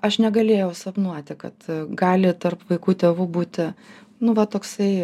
aš negalėjau sapnuoti kad gali tarp vaikų tėvų būti nu va toksai